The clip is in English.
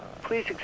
please